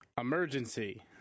emergency